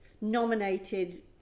Nominated